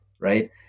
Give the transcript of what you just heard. right